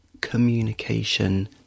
communication